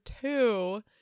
two